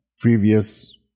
Previous